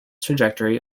trajectory